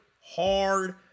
hard